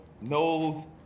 knows